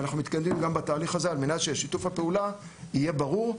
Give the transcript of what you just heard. אנחנו מתקדמים גם בתהליך הזה על מנת ששיתוף הפעולה יהיה ברור,